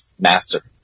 master